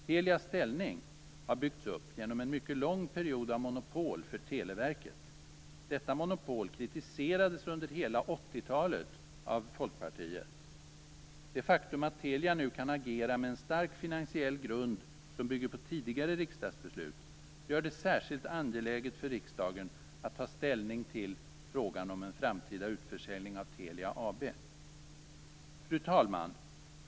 Telias ställning har byggts upp genom en mycket lång period av monopol för Televerket. Detta monopol kritiserades under hela 80-talet av Folkpartiet. Det faktum att Telia nu kan agera med en stark finansiell grund, som bygger på tidigare riksdagsbeslut, gör det särskilt angeläget för riksdagen att ta ställning till frågan om en framtida utförsäljning av Telia AB. Fru talman!